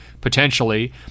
potentially